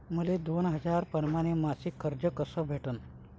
मले दोन हजार परमाने मासिक कर्ज कस भेटन?